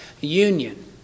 union